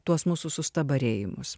tuos mūsų sustabarėjimus